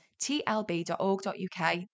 tlb.org.uk